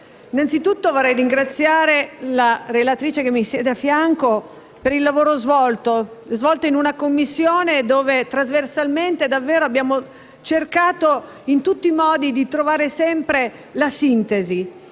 innanzi tutto vorrei ringraziare la relatrice che mi siede a fianco per il lavoro svolto in Commissione, dove trasversalmente abbiamo cercato davvero in tutti i modi di trovare sempre la sintesi